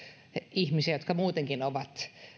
ihmisiä jotka muutenkin ovat